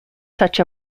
such